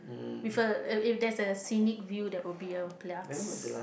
with a if if there's a scenic view that will be a blast